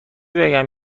بگم